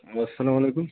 اَسلام علیکُم